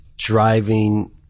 driving